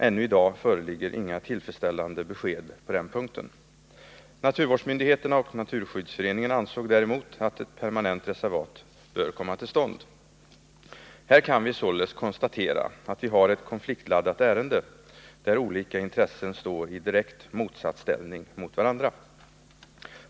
Ännu i dag föreligger inga tillfredsställande besked på den punkten. : Naturvårdsmyndigheterna och naturskyddsföreningen ansåg däremot att ett permanent reservat bör komma till stånd. Här kan vi således konstatera att vi har ett konfliktladdat ärende, där olika intressen står i direkt motsatsställning mot varandra.